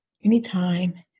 anytime